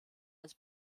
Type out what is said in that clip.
als